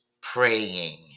praying